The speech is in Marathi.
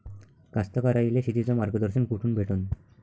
कास्तकाराइले शेतीचं मार्गदर्शन कुठून भेटन?